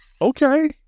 Okay